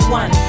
one